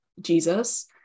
Jesus